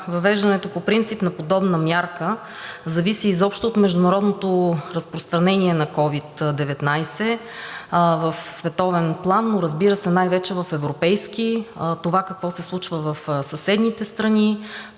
Въвеждането по принцип на подобна мярка зависи изобщо от международното разпространение на COVID-19 в световен план, но разбира се, най-вече в европейски, това какво се случва в съседните страни,